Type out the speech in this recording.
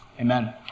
Amen